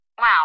Wow